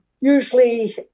usually